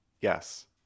Yes